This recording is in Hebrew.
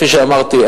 כפי שאמרתי,